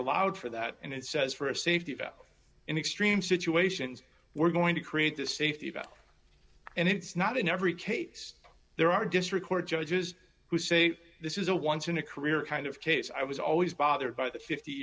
allowed for that and it says for a safety valve in extreme situations we're going to create this safety about and it's not in every case there are district court judges who say this is a once in a career kind of case i was always bothered by the fifty